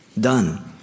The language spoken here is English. done